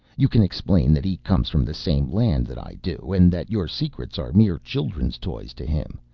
you can explain that he comes from the same land that i do, and that your secrets are mere children's toys to him.